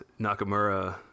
Nakamura